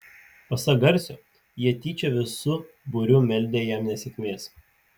pasak garsio jie tyčia visu būriu meldę jam nesėkmės